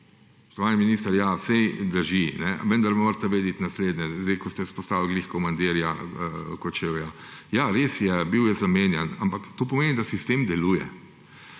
Spoštovani minister, saj drži, vendar morate vedeti naslednje. Ko ste izpostavili ravno komandirja Kočevja. Ja res je bil je zamenjan, ampak to pomeni, da sistem deluje.